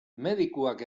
medikuak